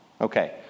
Okay